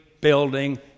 building